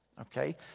okay